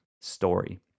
story